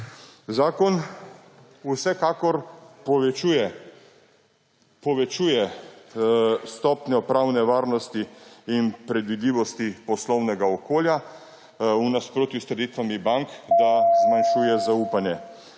Zakon vsekakor povečuje stopnjo pravne varnost in predvidljivosti poslovnega okolja v nasprotju s trditvami bank, da zmanjšuje zaupanje.